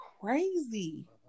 crazy